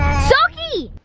sockie